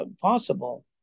possible